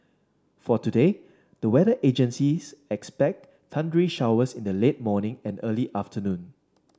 for today the weather agencies expects thundery showers in the late morning and early afternoon